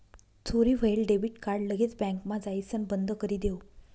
चोरी व्हयेल debit card लगेच बँकमा जाइसण बंदकरी देवो